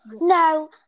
No